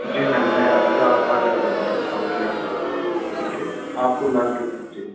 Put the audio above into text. جی ma'am میں اب آ جاتا ہوں میم آپ کے یہاں پر ٹھیک ہے آپ کو لال قلعہ جی